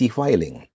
filing